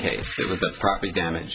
case property damage